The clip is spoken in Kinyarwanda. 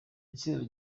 itsinda